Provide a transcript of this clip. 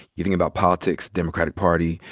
you think about politics, democratic party.